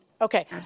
okay